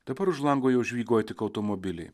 dabar už lango jau žvygauja tik automobiliai